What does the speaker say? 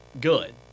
Good